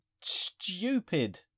stupid